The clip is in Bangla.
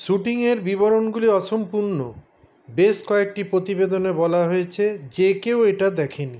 শ্যুটিংয়ের বিবরণগুলি অসম্পূর্ণ বেশ কয়েকটি প্রতিবেদনে বলা হয়েছে যে কেউ এটা দেখে নি